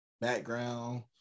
background